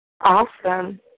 Awesome